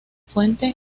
fuente